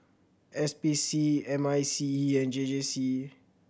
S P C M I C E and J J C